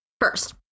First